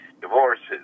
divorces